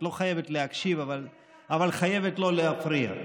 אתה לא חייבת להקשיב אבל חייבת לא להפריע.